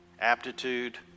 aptitude